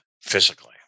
physically